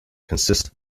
consists